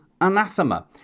Anathema